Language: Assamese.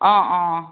অঁ অঁ